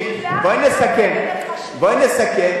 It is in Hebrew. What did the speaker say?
בואי נסכם בינינו,